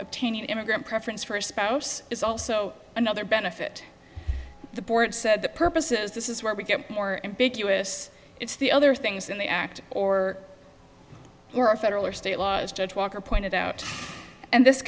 obtaining an immigrant preference for a spouse is also another benefit the port said the purpose is this is where we get more ambiguous it's the other things in the act or or a federal or state law as judge walker pointed out and this